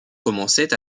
commençaient